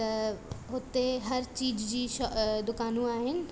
त हुते हर चीज जी शॉ दुकानूं आहिनि